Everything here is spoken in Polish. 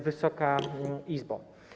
Wysoka Izbo!